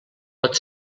pot